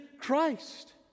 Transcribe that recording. Christ